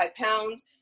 pounds